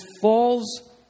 falls